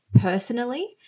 personally